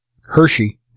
Hershey